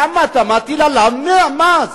למה אתה מטיל עליו מס?